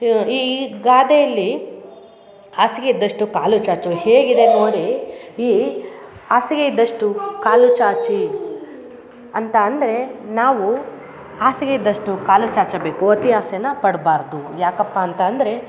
ಈ ಗಾದೆಯಲ್ಲಿ ಹಾಸಿಗೆ ಇದ್ದಷ್ಟು ಕಾಲು ಚಾಚು ಹೇಗಿದೆ ನೋಡಿ ಈ ಹಾಸಿಗೆ ಇದ್ದಷ್ಟು ಕಾಲು ಚಾಚಿ ಅಂತ ಅಂದರೆ ನಾವು ಹಾಸಿಗೆ ಇದ್ದಷ್ಟು ಕಾಲು ಚಾಚಬೇಕು ಅತಿ ಆಸೆನ ಪಡಬಾರ್ದು ಯಾಕಪ್ಪ ಅಂತಂದರೆ